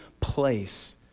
place